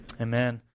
Amen